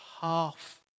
half